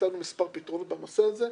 נתנו מספר פתרונות בנושא הזה.